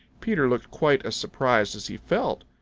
peter looked quite as surprised as he felt.